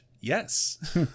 yes